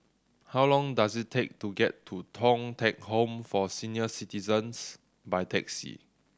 how long does it take to get to Thong Teck Home for Senior Citizens by taxi